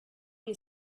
you